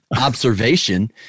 observation